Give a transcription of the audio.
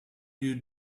you